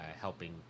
helping